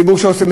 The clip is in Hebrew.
ציבור שעושה,